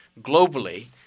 globally